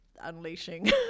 unleashing